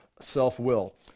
self-will